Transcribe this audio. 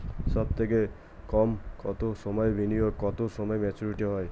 সবথেকে কম কতো সময়ের বিনিয়োগে কতো সময়ে মেচুরিটি হয়?